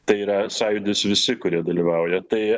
tai yra sąjūdis visi kurie dalyvauja tai